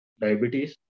diabetes